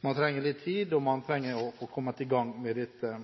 gang med dette.